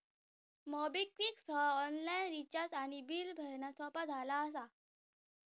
MobiKwik सह online recharge आणि bill भरणा सोपा झाला असा